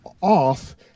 off